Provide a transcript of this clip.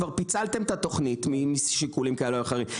כבר פיצלתם את התוכנית משיקולים כאלה או אחרים,